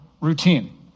routine